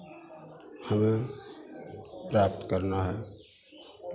हमें प्राप्त करना है